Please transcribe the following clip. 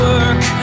Work